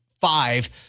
five